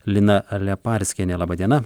lina leparskienė laba diena